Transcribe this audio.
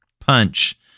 punch